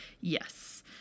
yes